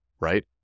right